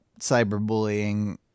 cyberbullying